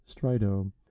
Strido